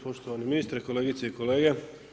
Poštovani ministre, kolegice i kolege.